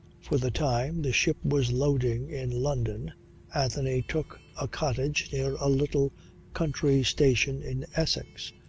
for the time the ship was loading in london anthony took a cottage near a little country station in essex,